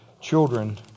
children